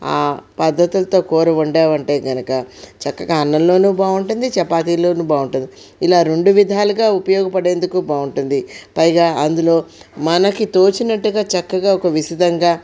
ఆ పద్ధతులతో కూర వండామంటే కనుక చక్కగా అన్నంలోనూ బాగుంటుంది చపాతీలోనూ బాగుంటుంది ఇలా రెండు విధాలుగా ఉపయోగపడేందుకు బాగుంటుంది పైగా అందులో మనకి తోచినట్టుగా చక్కగా ఒక విశిదంగా